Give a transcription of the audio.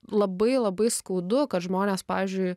labai labai skaudu kad žmonės pavyzdžiui